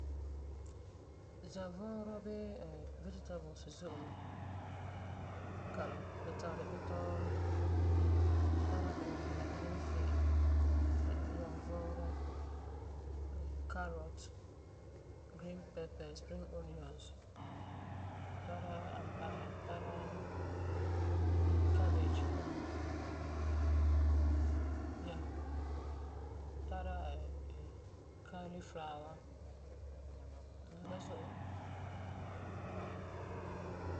Zɛvuurɔ bee Vegetables zo'e mɛ kalam. Tu tari bitɔ, tara bɛresi, aleefi yɔgevuurɔ, carrot, green pepper, spring onions, tara alabasa, tara cabbage. Yeah. Tara cauliflower. Ba zo'e mɛ.